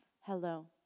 Hello